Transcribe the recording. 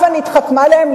הבה נתחכמה להם,